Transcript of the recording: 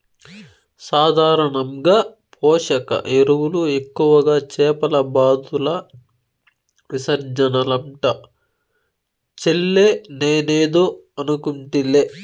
సాధారణంగా పోషక ఎరువులు ఎక్కువగా చేపల బాతుల విసర్జనలంట చెల్లే నేనేదో అనుకుంటిలే